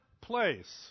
place